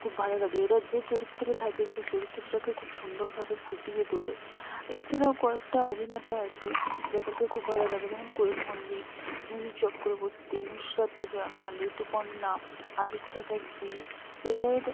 খুব ভালো লাগে এরা যে চরিত্রে থাকে সেই চরিত্রটাকে খুব সুন্দরভাবে ফুটিয়ে তোলে এছাড়াও কয়েকটা অভিনেতা আছে যাদেরকে খুব ভালো লাগে যেমন কোয়েল মল্লিক মিমি চক্রবর্তী নুসরত জাহান ঋতুপর্ণা আবির চ্যাটার্জী এদের